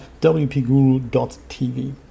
WPGuru.tv